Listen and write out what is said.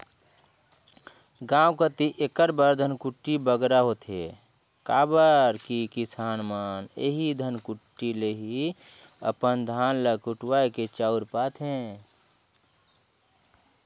गाँव कती एकर बर धनकुट्टी बगरा होथे काबर कि किसान मन एही धनकुट्टी ले ही अपन धान ल कुटवाए के चाँउर पाथें